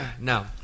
No